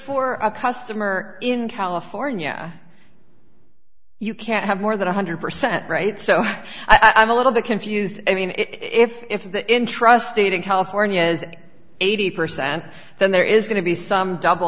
for a customer in california you can't have more than one hundred percent right so i'm a little bit confused i mean if if the interest state of california is eighty percent then there is going to be some